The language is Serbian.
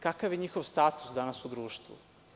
Kakav je njihov status danas u društvu?